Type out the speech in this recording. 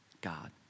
God